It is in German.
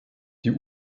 die